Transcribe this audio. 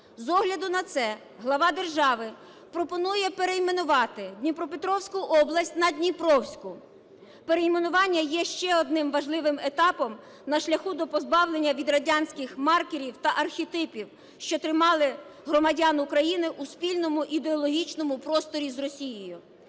З огляду на це глава держави пропонує перейменувати Дніпропетровську область на Дніпровську. Перейменування є ще одним важливим етапом на шляху до позбавлення від радянських маркерів та архетипів, що тримали громадян України у спільному ідеологічному просторі з Росією.